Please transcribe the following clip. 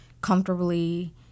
comfortably